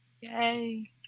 Yay